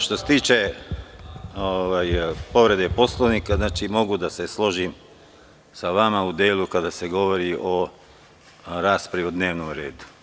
Što se tiče povrede Poslovnika, mogu da se složim sa vama u delu kada se govori o raspravi o dnevnom redu.